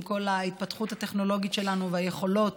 עם כל ההתפתחות הטכנולוגית שלנו והיכולות,